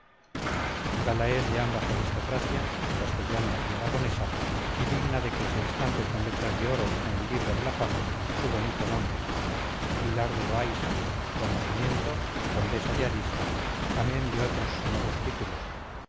de ambas aristocracias castellana y aragonesa y digna de que se estampe con letras de oro en el libro de la fama su bonito nombre pilar de loaysa por nacimiento condesa de arista amén de otros sonoros títulos